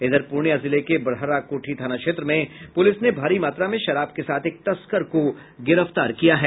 इधर पूर्णिया जिले के बड़हरा कोठी थाना क्षेत्र में पुलिस ने भारी मात्रा में शराब के साथ एक तस्कर को गिरफ्तार किया है